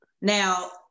now